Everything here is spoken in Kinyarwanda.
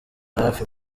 hafi